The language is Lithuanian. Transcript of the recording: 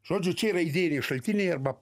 žodžiu čia yra idėjiniai šaltiniai arba